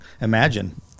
imagine